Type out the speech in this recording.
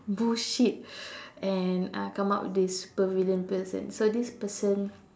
bullshit and uh come up with this sueprvillian person so this person